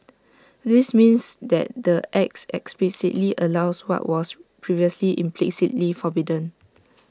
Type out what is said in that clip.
this means that the act explicitly allows what was previously implicitly forbidden